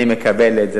אני מקבל את זה,